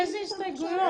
איזה הסתייגויות?